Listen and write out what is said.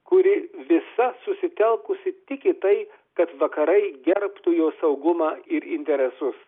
kuri visa susitelkusi tik į tai kad vakarai gerbtų jos saugumą ir interesus